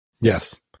Yes